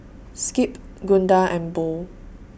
Skip Gunda and Bo